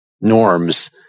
norms